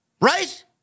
Right